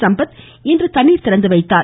சம்பத் இன்று தண்ணீர் திறந்துவைத்தார்